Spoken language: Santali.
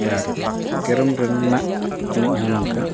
ᱟᱨ ᱠᱮᱨᱟᱢ ᱨᱮᱱᱟᱜ ᱮᱱᱮᱡ ᱦᱚᱸ ᱱᱚᱝᱠᱟ